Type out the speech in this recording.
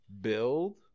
build